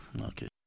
Okay